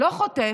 לא חוטף,